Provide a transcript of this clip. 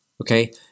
Okay